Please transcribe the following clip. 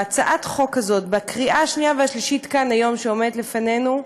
בהצעת החוק הזאת בקריאה השנייה והשלישית שעומדת לפנינו היום,